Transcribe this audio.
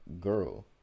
girl